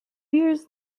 years